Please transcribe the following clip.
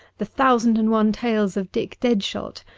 the thousand-and one tales of dick deadshot,